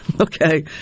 okay